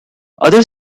other